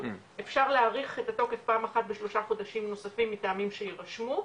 אפשר להאריך את התוקף פעם אחת בשלושה חודשים נוספים מטעמים שיירשמו.